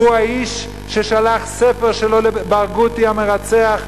הוא האיש ששלח ספר שלו לברגותי המרצח.